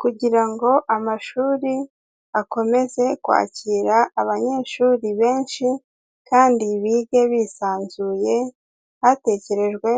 Kugira ngo amashuri akomeze kwakira abanyeshuri benshi kandi bige bisanzuye, hatekerejwe